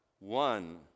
one